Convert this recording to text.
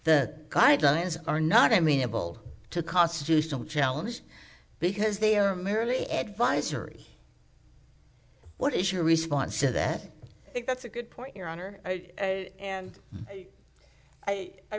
the guidelines are not amenable to constitutional challenge because they are merely advisory what is your response to that i think that's a good point your honor and i